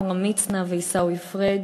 עמרם מצנע ועיסאווי פריג'.